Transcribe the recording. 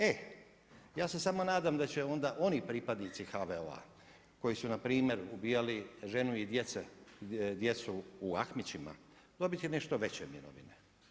E ja se samo nadam da će onda oni pripadnici HVO-a koji su npr. ubijali žene i djecu u Ahmićima dobiti nešto veće mirovine.